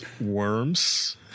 Worms